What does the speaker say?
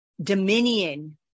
dominion